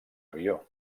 avió